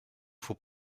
faut